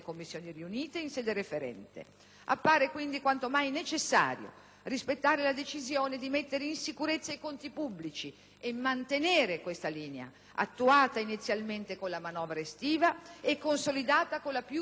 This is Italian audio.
Appare, quindi, quanto mai necessario rispettare la decisione di mettere in sicurezza i conti pubblici e mantenere questa linea, attuata inizialmente con la manovra estiva e consolidata con la più recente legge finanziaria.